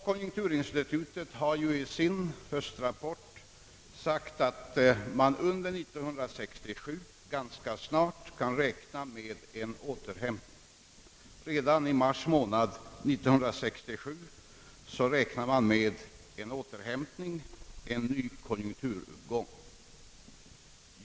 Konjunkturinstitutet har i sin höstrapport sagt att man under 1967 ganska snart kan räkna med en återhämtning. Redan i mars månad 1967 räknar man med en återhämtning, en ny konjunkturuppgång.